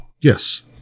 Yes